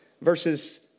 verses